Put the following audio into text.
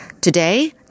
Today